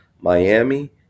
Miami